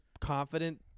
confident